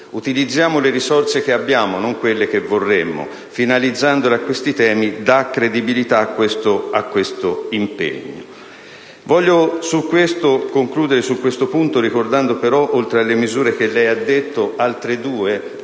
utilizziamo le risorse che abbiamo ‑ e non quelle che vorremmo ‑ finalizzandole a questi temi dà credibilità a questo impegno. Voglio concludere su questo punto ricordando, però, oltre a quelle che lei ha citato, altre due misure: